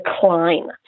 decline